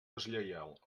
deslleial